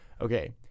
Okay